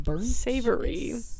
savory